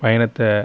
பயணத்தை